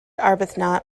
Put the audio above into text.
arbuthnot